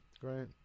Great